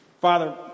Father